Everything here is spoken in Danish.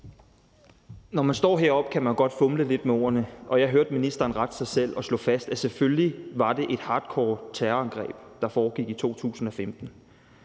Når man står heroppe, kan man godt fumle lidt med ordene, og jeg hørte ministeren rette sig selv og slå fast, at selvfølgelig var det et hardcore terrorangreb, der foregik i 2015.